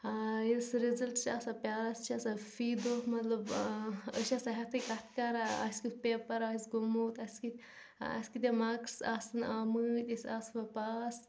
ییٚلہِ سُہ رِزَلٹ چھِ آسان پیٛاران سُہ چھِ آسان فی دۄہ مَطلَب أسۍ چھِ آسان ہٮ۪تھٕے کَتھ کَران اَسہِ کیُتھ پیپَر آسہِ گوٚمُت اَسہِ کِتھ اَسہِ کۭتیٛاہ مارکٕس آسَن آمٕتۍ أسۍ آسوا پاس